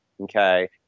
okay